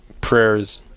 prayers